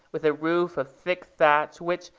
with a roof of thick thatch, which,